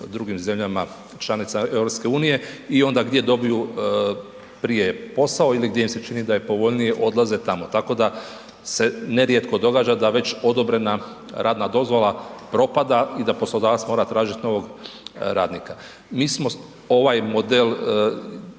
drugim zemljama članicama EU i onda gdje dobiju prije posao ili gdje im se čini da je povoljnije odlaze tamo, tako da se nerijetko događa da već odobrena radna dozvola propada i da poslodavac mora tražit novog radnika. Mi smo ovaj model